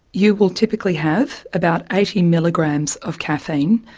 you will typically have about eighty milligrams of caffeine.